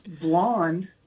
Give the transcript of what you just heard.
blonde